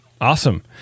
Awesome